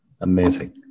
Amazing